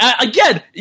Again